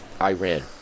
Iran